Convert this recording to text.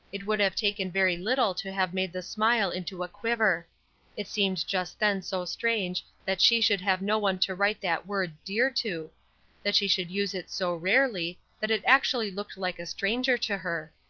it would have taken very little to have made the smile into a quiver it seemed just then so strange that she should have no one to write that word dear to that she should use it so rarely that it actually looked like a stranger to her.